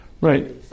Right